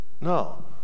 No